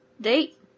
date